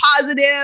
positive